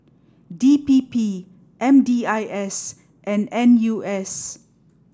D P P M D I S and N U S